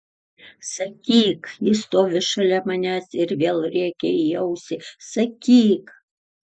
sakyk ji stovi šalia manęs ir vėl rėkia į ausį sakyk